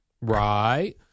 Right